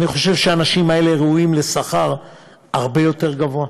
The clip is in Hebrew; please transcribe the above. אני חושב שהאנשים האלה ראויים לשכר הרבה יותר גבוה.